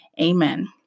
amen